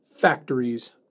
Factories